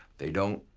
they don't,